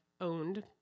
owned